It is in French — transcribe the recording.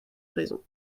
raison